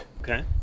Okay